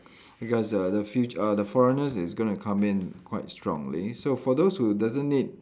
because the the fu~ uh the foreigners is gonna come in quite strongly so for those who doesn't need